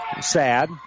Sad